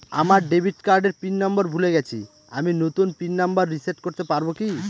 আমার ডেবিট কার্ডের PIN number ভুলে গেছি আমি নূতন পিন নম্বর রিসেট করতে পারবো কি?